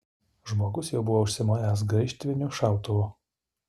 žmogus jau buvo užsimojęs graižtviniu šautuvu